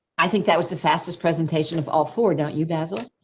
i think that was the fastest presentation of all four don't you basil?